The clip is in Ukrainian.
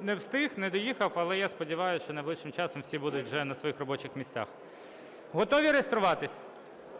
не встиг, не доїхав. Але, я сподіваюсь, що найближчим часом всі будуть вже на своїх робочих місцях. Готові реєструватись?